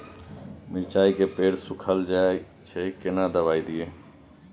मिर्चाय के पेड़ सुखल जाय छै केना दवाई दियै?